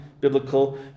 biblical